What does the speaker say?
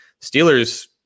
Steelers